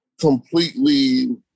completely